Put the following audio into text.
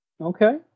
Okay